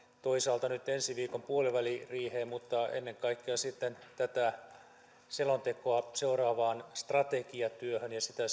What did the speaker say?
toisaalta nyt ensi viikon puoliväliriiheen mutta ennen kaikkea sitten tätä selontekoa seuraavaan strategiatyöhön ja sitä